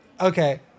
Okay